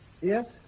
Yes